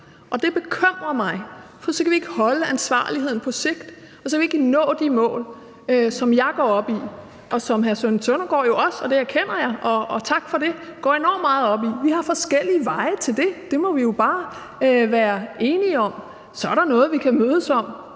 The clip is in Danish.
og det bekymrer mig, for så kan vi ikke holde ansvarligheden på sigt, og så kan vi ikke nå de mål, som jeg går op i, og som hr. Søren Søndergaard jo også – og det erkender jeg, og tak for det – går enormt meget op i. Vi har forskellige veje til det. Det må vi jo bare være enige om. Så er der noget vi kan mødes om: